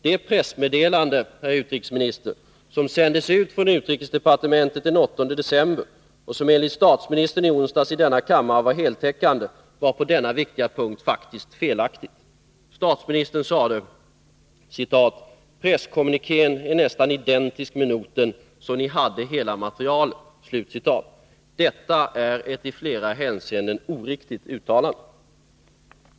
Det pressmeddelande, herr utrikesminister, som sändes ut från UD den 8 december och som enligt statsministern i onsdags i denna kammare var heltäckande, var på denna viktiga punkt faktiskt felaktigt. Statsministern sade: Presskommunikén är nästan identisk med noten, så ni hade hela materialet. Detta är ett i flera hänseenden oriktigt uttalande.